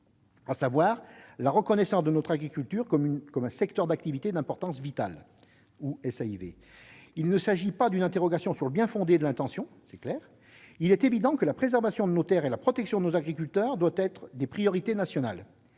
à savoir la reconnaissance de notre agriculture comme secteur d'activité d'importance vitale (SAIV). Cette interrogation ne porte pas sur le bien-fondé de l'intention. Il est évident que la préservation de nos terres et la protection de nos agriculteurs doivent être des priorités nationales.